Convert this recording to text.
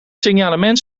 signalement